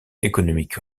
économique